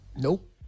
Nope